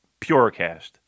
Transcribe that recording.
PureCast